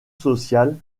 sociale